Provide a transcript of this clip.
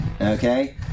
okay